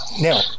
Now